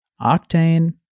Octane